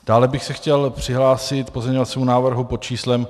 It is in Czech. Dále bych se chtěl přihlásit k pozměňovacímu návrhu pod číslem 1725.